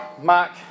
Mark